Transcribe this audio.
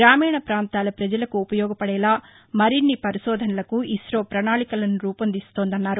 గ్రామీణ ప్రాంతాల ప్రజలకు ఉపయోగపదేలా మరిన్ని పరిశోధనలకు ఇస్రో ప్రణాళికను రూపొందించిందన్నారు